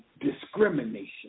discrimination